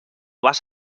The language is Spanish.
vas